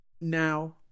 now